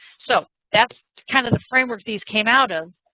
so that's kind of the framework these came out of.